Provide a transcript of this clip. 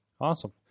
Awesome